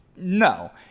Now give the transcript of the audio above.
No